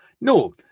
No